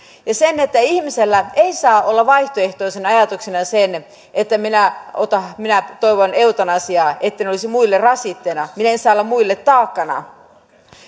ihmisellä ei saa olla vaihtoehtoisena ajatuksena se että minä toivon eutanasiaa etten olisi muille rasitteena minä en saa olla muille taakkana